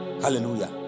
Hallelujah